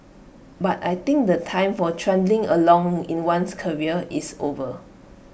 but I think the time for trundling along in one's career is over